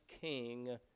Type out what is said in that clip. king